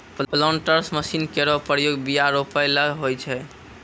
planters machine केरो प्रयोग बीया रोपै ल होय छै